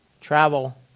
travel